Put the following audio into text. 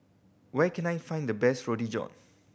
where can I find the best Roti John